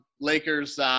Lakers